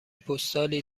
پستالی